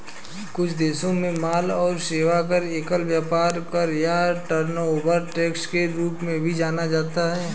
कुछ देशों में माल और सेवा कर, एकल व्यापार कर या टर्नओवर टैक्स के रूप में भी जाना जाता है